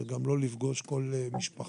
וגם לא לפגוש כל משפחה,